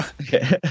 Okay